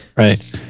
right